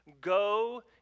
go